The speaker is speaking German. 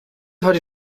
heute